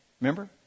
Remember